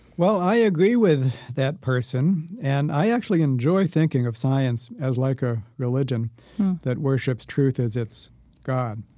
well, i agree with that person, and i actually enjoy thinking of science as like a religion that worships truth as its god.